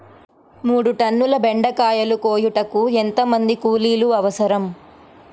మూడు టన్నుల బెండకాయలు కోయుటకు ఎంత మంది కూలీలు అవసరం?